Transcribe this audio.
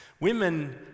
Women